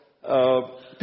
people